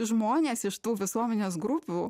žmonės iš tų visuomenės grupių